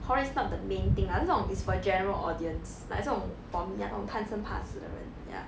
horror is not the main thing 啊这种 is for general audience like 这种 for me 啊这种贪生怕死的人 ya